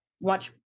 watch